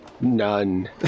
None